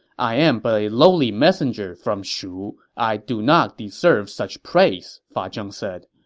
i am but a lowly messenger from shu i do not deserve such praise, fa zheng said.